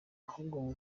ahubwo